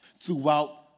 throughout